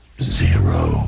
zero